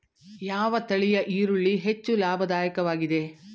ಯಾವ ತಳಿಯ ಈರುಳ್ಳಿ ಹೆಚ್ಚು ಲಾಭದಾಯಕವಾಗಿದೆ?